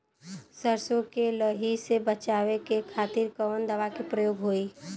सरसो के लही से बचावे के खातिर कवन दवा के प्रयोग होई?